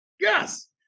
Yes